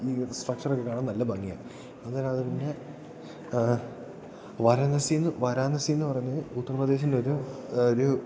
ഈ സ്ട്രക്ച്ചറൊക്കെ കാണാൻ നല്ല ഭംഗിയാണ് അങ്ങനെയത് പിന്നെ വാരണാസിയിൽ നിന്ന് വാരാണാസിയിൽ നിന്ന് പറഞ്ഞ് ഉത്തർപ്രദേശിലൊരു ഒരു